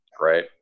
right